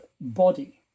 body